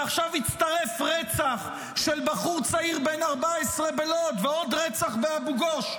ועכשיו הצטרף רצח של בחור צעיר בן 14 בלוד ועוד רצח באבו גוש.